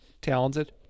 talented